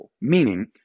meaning